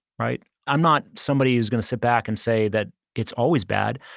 right? i'm not somebody who's going to sit back and say that it's always bad.